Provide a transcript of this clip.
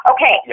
Okay